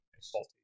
salty